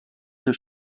der